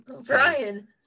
Brian